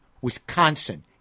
Wisconsin